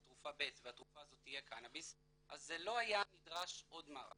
תרופה ב' והתרופה הזאת תהיה קנאביס אז לא היה נדרש עוד מערך.